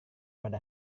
pada